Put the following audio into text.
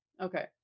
okay